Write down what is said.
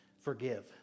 forgive